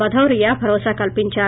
భాదౌరియా భరోసా కల్పించారు